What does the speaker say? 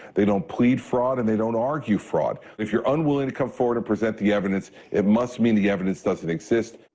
they don't plead fraud and they don't argue fraud. if you're unwilling to come forward and present the evidence, it must mean the evidence doesn't exist.